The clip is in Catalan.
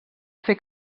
fer